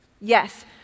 Yes